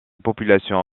population